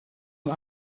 een